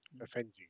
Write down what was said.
Offending